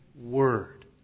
word